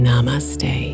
Namaste